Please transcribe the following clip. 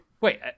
Wait